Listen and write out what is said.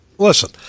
Listen